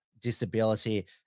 disability